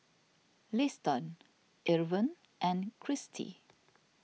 Liston Irven and Kristie